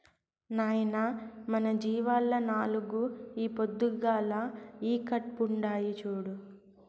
నాయనా మన జీవాల్ల నాలుగు ఈ పొద్దుగాల ఈకట్పుండాయి చూడు